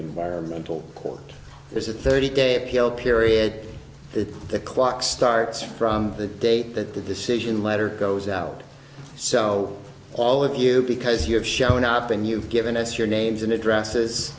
environmental court there's a thirty day appeal period if the clock starts from the date that the decision letter goes out so all of you because you have shown up and you've given us your names and addresses